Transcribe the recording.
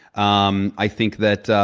um i think that